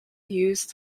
used